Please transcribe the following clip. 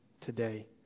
today